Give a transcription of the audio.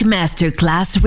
Masterclass